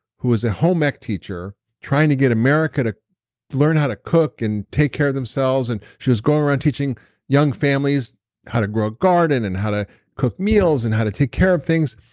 who was a home ec teacher trying to get america to learn how to cook and take care of themselves. and she was going around teaching young families how to grow a garden, and how to cook meals, and how to take care of things.